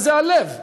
וזה הלב,